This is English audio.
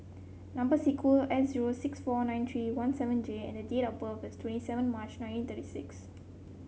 number S zero six four nine three one seven J and date of birth is twenty seven March nineteen thirty six